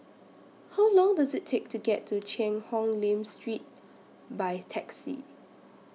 How Long Does IT Take to get to Cheang Hong Lim Street By Taxi